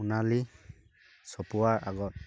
সোণালী চপোৱাৰ আগত